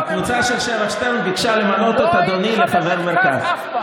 הקבוצה של שבח שטרן ביקשה למנות את אדוני לחבר מרכז.